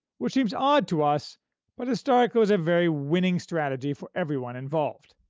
which seems odd to us but historically was a very winning strategy for everyone involved.